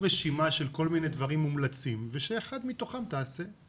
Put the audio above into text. רשימה של כל מיני דברים מומלצים ושאחד מתוכם תעשה.